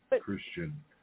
Christian